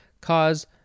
cause